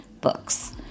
books